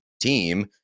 team